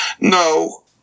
no